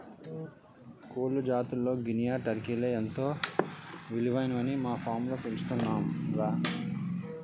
కోళ్ల జాతుల్లో గినియా, టర్కీలే ఎంతో విలువైనవని మా ఫాంలో పెంచుతున్నాంరా